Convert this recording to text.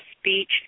speech